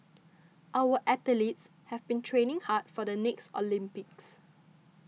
our athletes have been training hard for the next Olympics